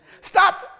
Stop